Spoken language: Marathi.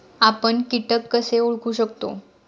आपण कीटक कसे ओळखू शकतो?